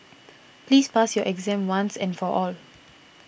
please pass your exam once and for all